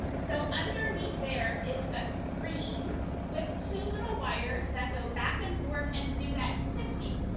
so underneath there is a screen with two little wires that go back and forth and do that sifting.